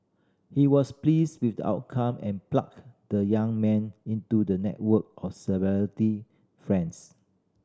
he was pleased with the outcome and plugged the young man into the network of friends